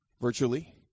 virtually